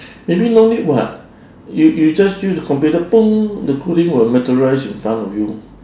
maybe no need what you you just use the computer the clothing will materialise in front of you